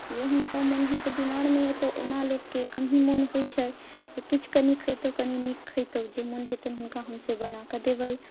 जे हुनका मोन हेतनि बीमारमे या तऽ ओना लोकके कमे मोन होइ छै जे किछु कनी खैतहुँ कनी नीक खैतहुँ जे मोन हेतनि हुनका हम से बनाकऽ देबै